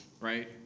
right